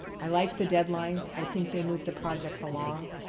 i like the deadlines. i think they move the projects along.